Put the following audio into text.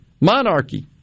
Monarchy